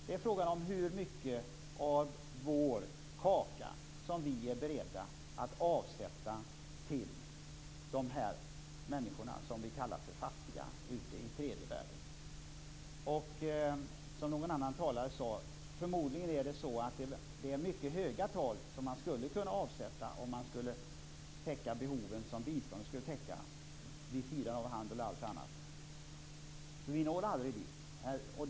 Det är fråga om hur mycket av vår kaka som vi är beredda att avsätta till dem som vi kallar för fattiga människor i tredje världen. Som någon annan talare sade, är det förmodligen mycket höga tal som man skulle avsätta för att täcka de behov som biståndet skall täcka, vid sidan av handel och allt annat. Vi når aldrig dit.